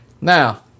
Now